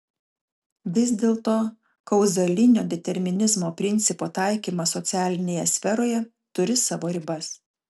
vis dėlto kauzalinio determinizmo principo taikymas socialinėje sferoje turi savo ribas